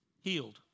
healed